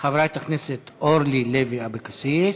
חברת הכנסת אורלי לוי אבקסיס.